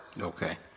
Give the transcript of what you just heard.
Okay